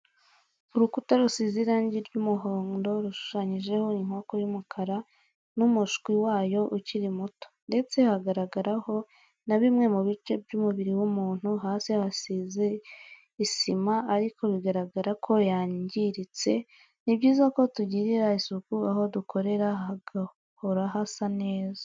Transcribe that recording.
Urukuta rusize irangi ry'umuhondo rushushanyijeho inkoko y'umukara n'umushwi wayo ukiri muto, ndetse hagaragaraho na bimwe mu bice by'umubiri w'umuntu, hasi hasize isima ariko bigaragara ko yangiritse, ni byiza ko tugirira isuku aho dukorera hagahora hasa neza.